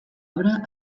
obra